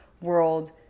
world